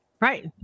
Right